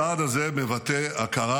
הצעד הזה מבטא הכרה